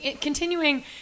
continuing